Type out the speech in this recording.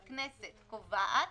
הכנסת קובעת